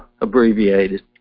abbreviated